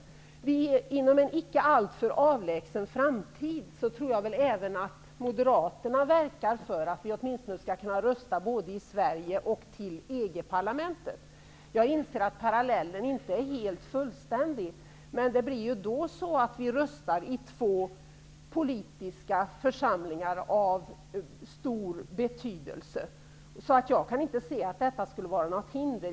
Jag tror att även Moderaterna väl inom en icke alltför avlägsen framtid kommer att verka för att man skall kunna rösta både i riksdagsval och i val till EG-parlamentet. Jag inser att parallellen inte är fullständig, men vi kommer då att få delta i val till två politiska församlingar av stor betydelse. Jag kan inte se något hinder i detta sammanhang.